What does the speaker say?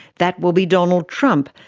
that will be donald trump,